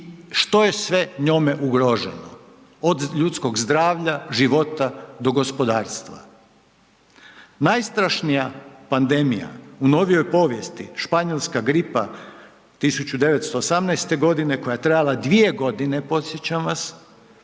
što je sve njome ugroženo, od ljudskog zdravlja, života do gospodarstva. Najstrašnija pandemija u novijoj povijesti španjolska gripa 1918.g. koja je trajala 2.g. podsjećam vas,